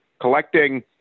collecting